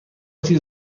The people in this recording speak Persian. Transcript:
چیز